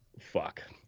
fuck